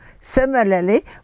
Similarly